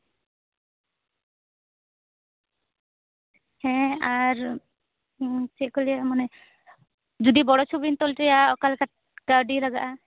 ᱦᱮᱸ ᱟᱨ ᱪᱮᱫ ᱠᱚ ᱞᱟᱹᱭᱟ ᱢᱟᱱᱮ ᱡᱩᱫᱤ ᱵᱚᱲᱚ ᱪᱷᱚᱵᱤᱧ ᱛᱚᱞ ᱦᱚᱪᱚᱭᱟ ᱚᱠᱟᱞᱮᱠᱟ ᱠᱟᱹᱣᱰᱤ ᱞᱟᱜᱟᱜᱼᱟ